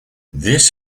this